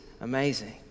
amazing